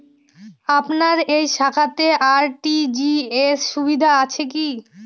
আপনার এই শাখাতে আর.টি.জি.এস সুবিধা আছে কি?